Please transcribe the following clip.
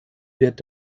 wird